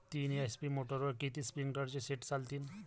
तीन एच.पी मोटरवर किती स्प्रिंकलरचे सेट चालतीन?